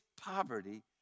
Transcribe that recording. poverty